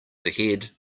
ahead